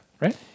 right